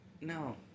No